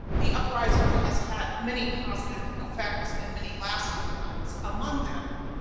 the uprising has had many positive effects, and many lasting ones. among them,